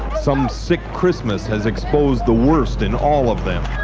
some sick christmas has exposed the worst in all of them